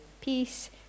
peace